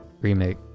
remake